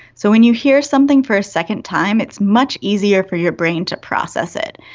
so when you hear something for a second time it's much easier for your brain to process it,